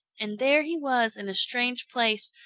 and there he was in a strange place,